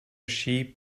sheep